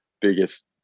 biggest